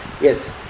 yes